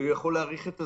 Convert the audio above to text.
והוא יכול להאריך את הזמן.